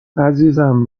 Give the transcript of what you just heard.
عزیزم